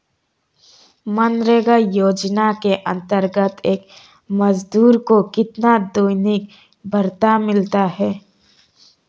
मनरेगा योजना के अंतर्गत एक मजदूर को कितना दैनिक भत्ता मिलता है?